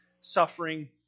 suffering